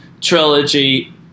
trilogy